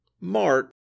Mart